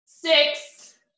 Six